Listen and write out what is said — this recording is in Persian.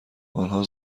آنها